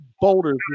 boulders